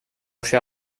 cher